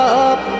up